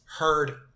Heard